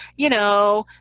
you know,